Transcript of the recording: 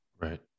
right